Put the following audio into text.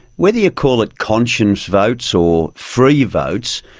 whether you call it conscience votes or free votes,